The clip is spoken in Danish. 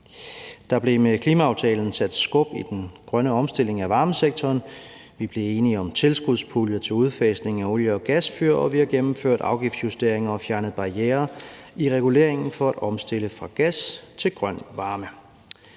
Der blev med klimaaftalen sat skub i den grønne omstilling af varmesektoren. Vi blev enige om tilskudspuljer til udfasning af olie- og gasfyr, og vi har gennemført afgiftsjusteringer og fjernet barrierer i reguleringen for at omstille fra gas til grøn varme.